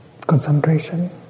concentration